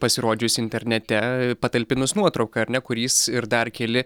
pasirodžius internete patalpinus nuotrauką ar ne kur jis ir dar keli